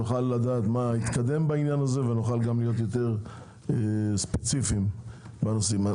נוכל לדעת מה התקדם בעניין הזה וגם להיות יותר ספציפיים בנושאים האלה.